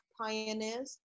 pioneers